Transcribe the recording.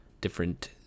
different